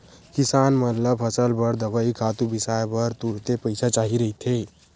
किसान मन ल फसल बर दवई, खातू बिसाए बर तुरते पइसा चाही रहिथे